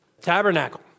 Tabernacle